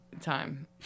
time